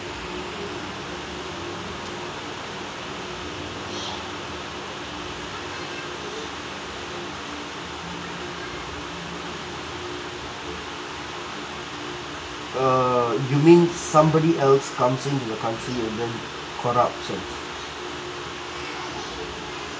err you means somebody else comes in to the country and then corrupt and